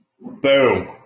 Boom